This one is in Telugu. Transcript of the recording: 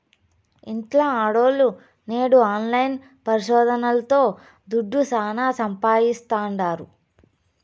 ఇంట్ల ఆడోల్లు నేడు ఆన్లైన్ పరిశోదనల్తో దుడ్డు శానా సంపాయిస్తాండారు